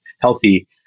healthy